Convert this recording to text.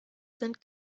sind